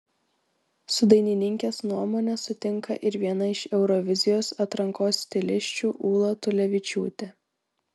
su dainininkės nuomone sutinka ir viena iš eurovizijos atrankos stilisčių ūla tulevičiūtė